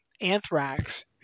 Anthrax